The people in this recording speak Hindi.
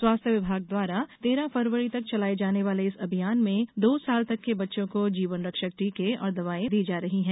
स्वास्थ्य विभाग द्वारा तेरह फरवरी तक चलाये जाने वाले इस अभियान में दो साल तक के बच्चों को जीवनरक्षक टीके और दवायें दी जा रही हैं